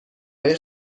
های